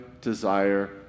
desire